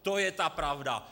To je ta pravda.